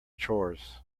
chores